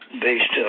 based